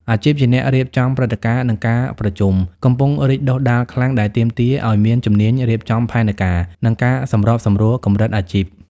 អាជីពជាអ្នករៀបចំព្រឹត្តិការណ៍ និងការប្រជុំ កំពុងរីកដុះដាលខ្លាំង ដែលទាមទារឱ្យមានជំនាញរៀបចំផែនការ និងការសម្របសម្រួលកម្រិតអាជីព។